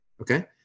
Okay